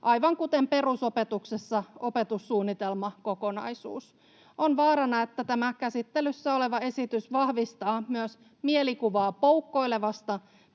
aivan kuten perusopetuksessa opetussuunnitelmakokonaisuus. On vaarana, että tämä käsittelyssä oleva esitys vahvistaa myös mielikuvaa poukkoilevasta